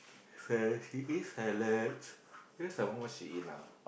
salad he eats salads what she eat now